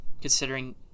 Considering